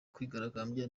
kwigaragambya